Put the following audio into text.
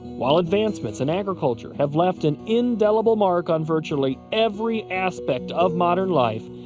while advancements in agriculture have left an indelible mark on virtually every aspect of modern life,